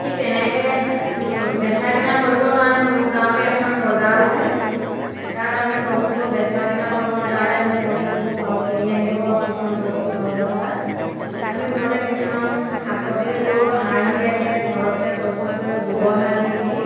ঠিক তেনেকৈ বেচা কিনাও কৰিবৰ কাৰণে মোৰ গাঁওতেই এখন বজাৰ বহে তাত আমি বস্তুবোৰ বেচা কিনা কৰিব পাৰোঁ তাতে আমি বস্তুবোৰ ঘৰত কিনি আনিব পাৰোঁ কিছুমান বস্তু ঘৰত নথকা আমি ঘৰতে কিছুমান শাক পাচলি কৰোঁ সাৰ নিদিয়াকৈ ঘৰতে প্ৰস্তুত কৰি গোৱৰ সাৰ দি পিনি